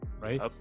right